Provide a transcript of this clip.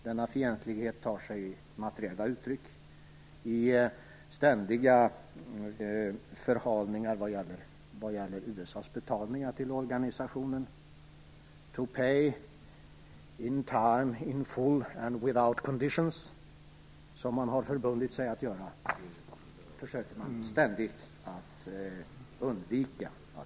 Denna fientlighet tar sig materiella uttryck i ständiga förhalningar vad gäller USA:s betalningar till organisationen. "To pay in time, in full and without conditions", som man har förbundit sig att göra, försöker man ständigt undvika.